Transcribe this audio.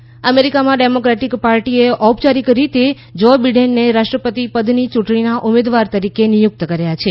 Democrats અમેરીકામાં democratic પાર્ટીએ ઔપયારિક રીતે જો બિડેનને રાષ્ટ્રપતિ પદની યૂટણીના ઉમેદવાર તરીકે નિયુક્ત કર્યા છે